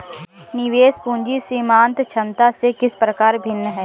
निवेश पूंजी सीमांत क्षमता से किस प्रकार भिन्न है?